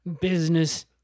business